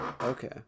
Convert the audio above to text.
okay